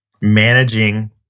managing